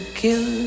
kill